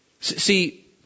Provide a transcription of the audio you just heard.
See